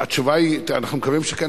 התשובה היא: אנחנו מקווים שכן.